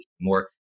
more